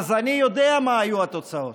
אז אני יודע מה היו התוצאות.